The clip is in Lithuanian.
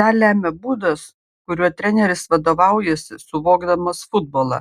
tą lemia būdas kuriuo treneris vadovaujasi suvokdamas futbolą